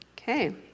Okay